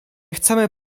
chcemy